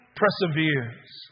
perseveres